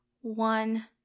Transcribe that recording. one